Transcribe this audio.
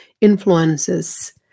influences